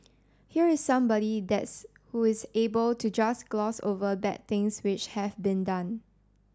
here is somebody that's who is able to just gloss over bad things which have been done